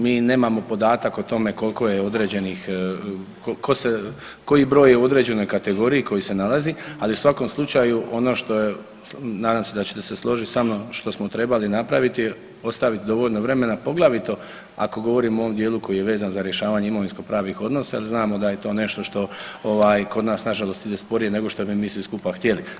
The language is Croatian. Mi nemamo podatak o tome koliko je određenih, koji broj je u određenoj kategoriji koji se nalazi, ali u svakom slučaju ono što je, nadam se da ćete se složiti sa mnom što smo trebali napraviti je ostaviti dovoljno vremena, poglavito ako govorimo o ovom dijelu koji je vezan za rješavanje imovinskopravnih odnosa jel znamo da je to nešto što kod nas nažalost ide sporije nego što bi mi svi skupa htjeli.